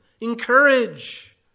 Encourage